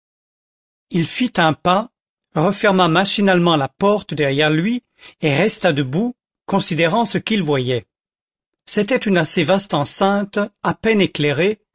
il fit un pas referma machinalement la porte derrière lui et resta debout considérant ce qu'il voyait c'était une assez vaste enceinte à peine éclairée